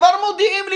וכבר מודיעים לי,